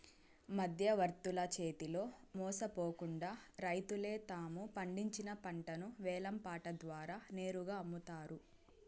మధ్యవర్తుల చేతిలో మోసపోకుండా రైతులే తాము పండించిన పంటను వేలం పాట ద్వారా నేరుగా అమ్ముతారు